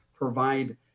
Provide